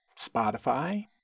Spotify